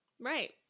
Right